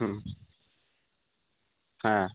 হুম হ্যাঁ